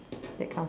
that kind of thing